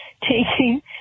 taking